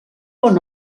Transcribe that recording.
bon